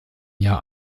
jahr